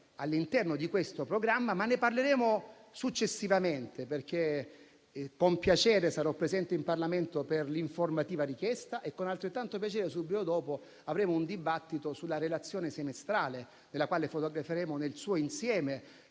Il tema è un altro, ma ne parleremo successivamente, perché con piacere sarò presente in Parlamento per l'informativa richiesta e con altrettanto piacere, subito dopo, avremo un dibattito sulla relazione semestrale, nella quale fotograferemo nel suo insieme